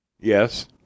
Yes